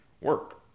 work